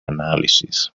analysis